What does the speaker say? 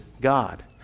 God